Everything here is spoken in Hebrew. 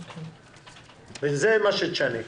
סזה מה שתשני.